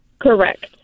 Correct